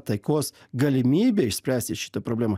taikos galimybę išspręsti šitą problemą